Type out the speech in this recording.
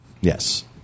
Yes